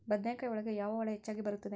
ಬದನೆಕಾಯಿ ಒಳಗೆ ಯಾವ ಹುಳ ಹೆಚ್ಚಾಗಿ ಬರುತ್ತದೆ?